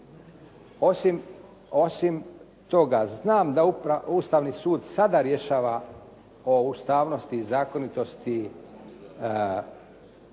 Osim toga, znam da Ustavni sud sada rješava o ustavnosti i zakonitosti